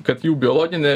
kad jų biologinė